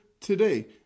today